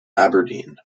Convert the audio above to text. aberdeen